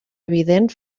evident